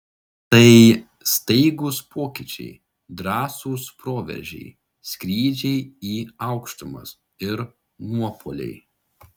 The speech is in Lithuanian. tai staigūs pokyčiai drąsūs proveržiai skrydžiai į aukštumas ir nuopuoliai